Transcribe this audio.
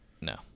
No